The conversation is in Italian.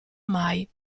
mai